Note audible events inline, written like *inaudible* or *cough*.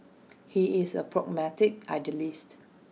*noise* he is A pragmatic idealist